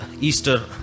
Easter